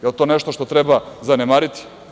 Da li je to nešto što treba zanemariti?